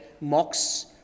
mocks